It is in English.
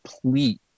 complete